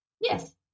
Yes